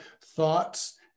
thoughts